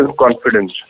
confidence